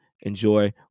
Enjoy